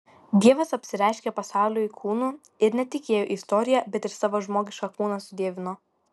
dievas apsireiškė pasauliui kūnu ir ne tik įėjo į istoriją bet ir savo žmogišką kūną sudievino